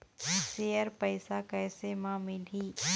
Share पैसा कैसे म मिलही?